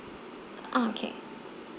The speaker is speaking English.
ah K